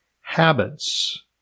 habits